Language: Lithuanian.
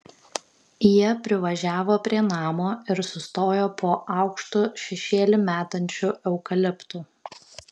jie privažiavo prie namo ir sustojo po aukštu šešėlį metančiu eukaliptu